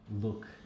look